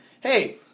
hey